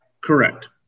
Correct